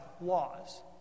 laws